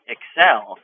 Excel